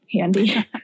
handy